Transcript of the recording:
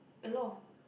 a lot of